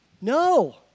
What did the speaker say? No